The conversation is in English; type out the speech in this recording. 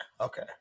Okay